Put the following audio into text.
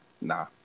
nah